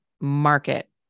market